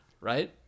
right